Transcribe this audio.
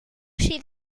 she